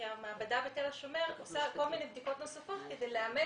כי המעבדה בתל השומר עושה כל מיני בדיקות נוספות כדי לאמת